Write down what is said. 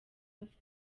bafite